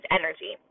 energy